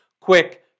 quick